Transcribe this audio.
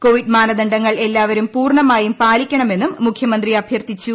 Covid മാനദണ്ഡങ്ങൾ എല്ലാവരും പൂർണമായും പാലിക്കണമെന്നും മുഖ്യമന്ത്രി അഭ്യർത്ഥിച്ചു